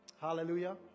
Hallelujah